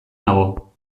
nago